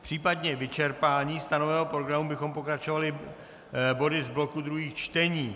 Případně vyčerpáním stanoveného programu bychom pokračovali body z bloku druhých čtení.